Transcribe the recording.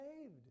saved